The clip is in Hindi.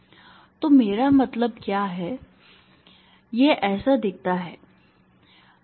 तो मेरा क्या मतलब है यह ऐसा दिखता है